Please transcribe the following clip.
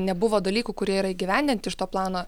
nebuvo dalykų kurie yra įgyvendinti iš to plano